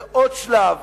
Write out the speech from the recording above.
זה עוד שלב